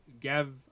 Gav